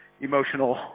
emotional